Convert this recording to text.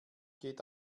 geht